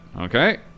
Okay